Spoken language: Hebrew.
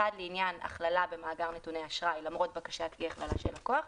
אחד לעניין הכללה במאגר נתוני אשראי למרות בקשת אי-הכללה של לקוח,